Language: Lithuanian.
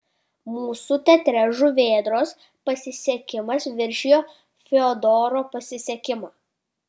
mūsų teatre žuvėdros pasisekimas viršija fiodoro pasisekimą